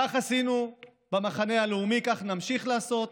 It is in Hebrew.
כך עשינו במחנה הלאומי, כך נמשיך לעשות.